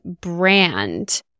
brand